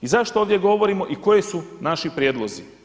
I zašto ovdje govorimo i koji su naši prijedlozi?